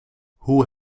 hoe